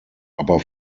aber